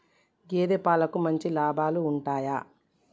గేదే పాలకి మంచి లాభాలు ఉంటయా?